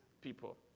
people